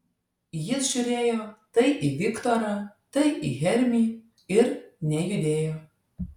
jis žiūrėjo tai į viktorą tai į hermį ir nejudėjo